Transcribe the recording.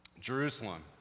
Jerusalem